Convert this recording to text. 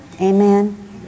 Amen